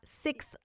six